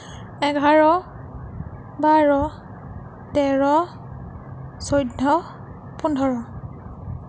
এঘাৰ বাৰ তেৰ চৈধ্য পোন্ধৰ